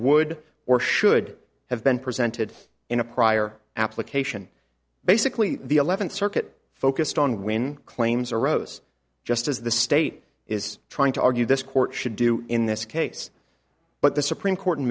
would or should have been presented in a prior application basically the eleventh circuit focused on when claims arose just as the state is trying to argue this court should do in this case but the supreme court